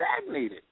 stagnated